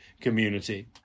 community